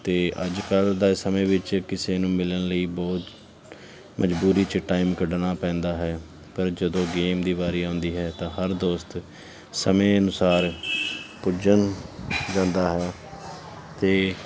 ਅਤੇ ਅੱਜ ਕੱਲ੍ਹ ਦਾ ਸਮੇਂ ਵਿੱਚ ਕਿਸੇ ਨੂੰ ਮਿਲਣ ਲਈ ਬਹੁਤ ਮਜਬੂਰੀ 'ਚ ਟਾਈਮ ਕੱਢਣਾ ਪੈਂਦਾ ਹੈ ਪਰ ਜਦੋਂ ਗੇਮ ਦੀ ਵਾਰੀ ਆਉਂਦੀ ਹੈ ਤਾਂ ਹਰ ਦੋਸਤ ਸਮੇਂ ਅਨੁਸਾਰ ਪੁੱਜ ਜਾਂਦਾ ਹੈ ਅਤੇ